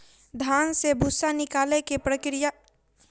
धान से भूस्सा निकालै के प्रक्रिया के सूप कहल जाइत अछि